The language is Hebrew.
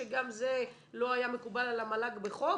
שגם זה לא היה מקובל על המל"ג בחוק,